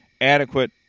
adequate